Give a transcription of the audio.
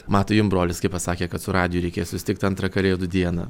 matai jum brolis kai pasakė kad su radiju reikės susitikt antrą kalėdų dieną